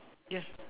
ya